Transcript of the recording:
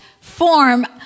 form